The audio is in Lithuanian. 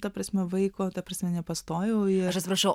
ta prasme vaiko ta prasme nepastojau